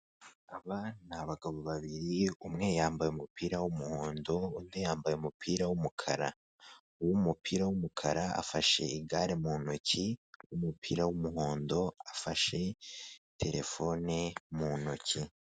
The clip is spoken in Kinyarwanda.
Aba ni abagabo babiri; umwe yambaye umupira w'umuhondo, undi yambaye umupira w'umukara. Uw'umupira w'umukara afashe igare mu ntoki, uw'umupira w'umuhondo afashe telefone mu ntoki.